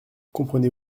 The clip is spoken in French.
comprenez